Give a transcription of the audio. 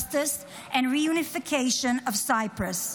justice and reunification of Cyprus.